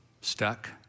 Stuck